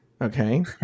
Okay